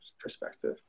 perspective